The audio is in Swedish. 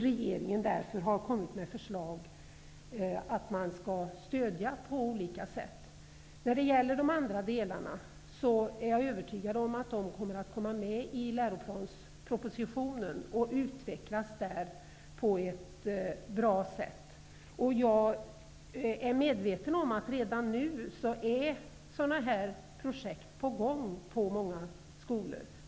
Regeringen har därför kommit med förslag om att på olika sätt kunna ge stöd. När det gäller de andra delarna är jag övertygad om att de kommer med i läroplanspropositionen och att de där kommer att utvecklas på ett bra sätt. Jag är medveten om att sådana projekt redan nu är i gång på många skolor.